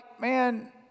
man